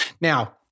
Now